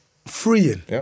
freeing